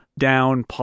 down